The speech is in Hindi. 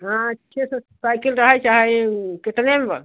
हाँ अच्छी सी साइकिल राहे चाहे कितने में बा